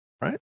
right